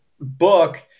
book